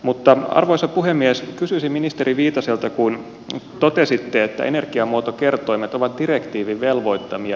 mutta arvoisa puhemies kysyisin ministeri viitaselta kun totesitte että energiamuotokertoimet ovat direktiivin velvoittamia